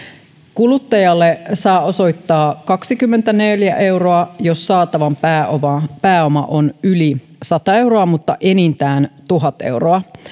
kuluttajalle saa osoittaa kaksikymmentäneljä euroa jos saatavan pääoma pääoma on yli sata euroa mutta enintään tuhat euroa